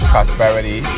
prosperity